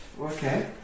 Okay